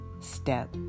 step